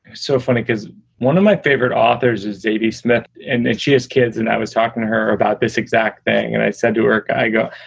so funny, because one of my favorite authors is zadie smith, and she has kids. and i was talking to her about this exact thing. and i said, to work, i go,